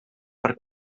per